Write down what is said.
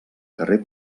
carrer